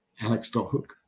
alex.hook